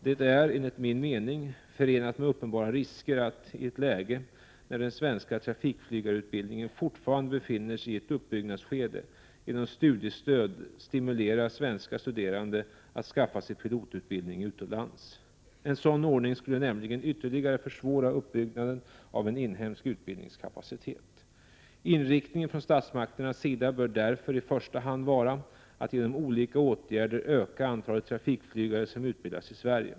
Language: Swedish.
Det är, enligt min mening, förenat med uppenbara risker att, i ett läge när den svenska trafikflygarutbildningen fortfarande befinner sig i ett uppbyggnadsskede, genom studiestödet stimulera svenska studerande att skaffa sig pilotutbildning utomlands. En sådan ordning skulle nämligen ytterligare försvåra uppbyggnaden av en inhemsk utbildningskapacitet. Inriktningen från statsmakternas sida bör därför i första hand vara att genom olika åtgärder öka antalet trafikflygare som utbildas i Sverige.